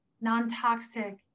non-toxic